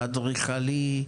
האדריכלי,